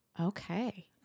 Okay